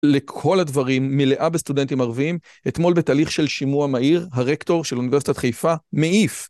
לכל הדברים, מלאה בסטודנטים ערביים, אתמול בתהליך של שימוע מהיר, הרקטור של אוניברסיטת חיפה, מעיף.